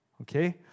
Okay